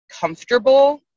comfortable